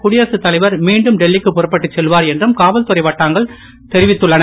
குடியரசுத் தலைவர் மீண்டும் டெல்லி க்கு புறப்பட்டுச் செல்வார் என்றும் காவல்துறை வட்டாரங்கள் தெரிவித்தன